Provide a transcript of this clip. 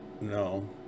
No